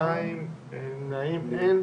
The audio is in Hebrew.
2 נמנעים, 0